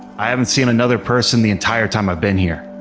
i haven't seen another person the entire time i've been here.